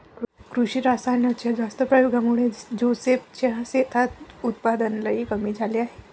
कृषी रासायनाच्या जास्त प्रयोगामुळे जोसेफ च्या शेतात उत्पादन लई कमी झाले आहे